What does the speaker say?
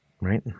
right